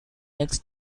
next